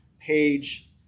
page